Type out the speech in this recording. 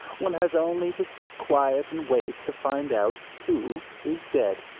one has only to sit quiet and wait to find out who is dead.